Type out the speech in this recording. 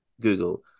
Google